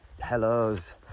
hellos